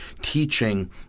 teaching